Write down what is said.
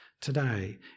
today